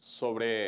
sobre